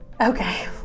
okay